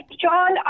John